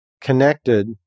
connected